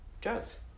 drugs